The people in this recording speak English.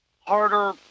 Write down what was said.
harder